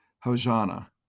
Hosanna